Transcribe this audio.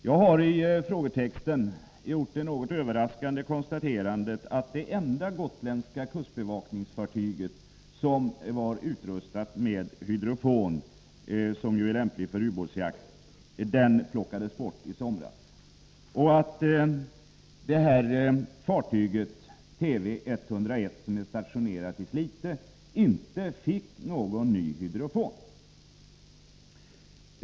Jag har i frågetexten gjort det något överraskande konstaterandet att det enda gotländska kustbevakningsfartyg som var utrustat med hydrofon, som ju är lämplig för ubåtsjakt, fick sin hydrofon bortplockad i somras. Detta fartyg, TV 101, som är stationerat i Slite, fick inte någon ny hydrofon.